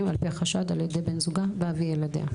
על פי החשד על ידי בן זוגה ואבי ילדיה.